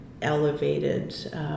elevated